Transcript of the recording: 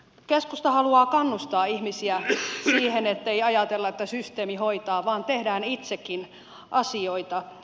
keskusta haluaa kannustaa ihmisiä siihen ettei ajatella että systeemi hoitaa vaan tehdään itsekin asioita